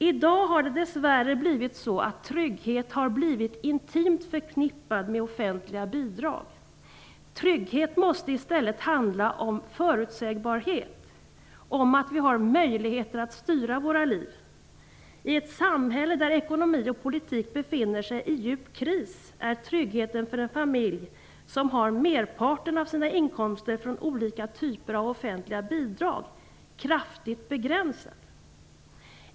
I dag har det dess värre blivit så att trygghet har blivit intimt förknippad med offentliga bidrag. Trygghet måste i stället handla om förutsägbarhet, om att vi har möjligheter att styra våra liv. I ett samhälle där ekonomi och politik befinner sig i djup kris är tryggheten kraftigt begränsad för en familj som har merparten av sina inkomster från olika typer av offentliga bidrag.